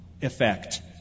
effect